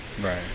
Right